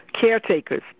caretakers